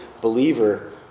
believer